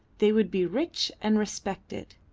they would be rich and respected.